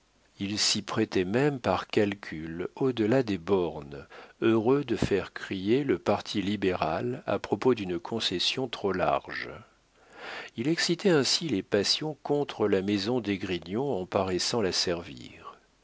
il s'y prêtait même par calcul au delà des bornes heureux de faire crier le parti libéral à propos d'une concession trop large il excitait ainsi les passions contre la maison d'esgrignon en paraissant la servir